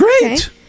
Great